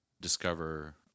discover